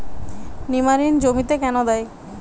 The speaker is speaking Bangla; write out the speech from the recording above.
নিমারিন জমিতে কেন দেয়?